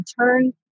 turn